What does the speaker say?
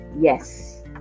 Yes